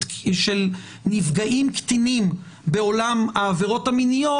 נפגעים קטינים בעולם העבירות המיניות,